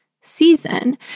season